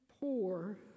poor